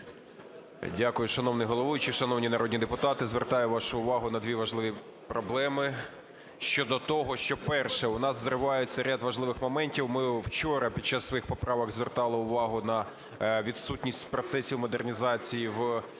Дякую, шановний головуючий. Шановні народні депутати, звертаю вашу увагу на дві важливі проблеми щодо того, що, перше, у нас зривається ряд важливих моментів. Ми вчора під час своїх поправок звертали увагу на відсутність процесів модернізації в